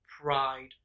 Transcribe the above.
Pride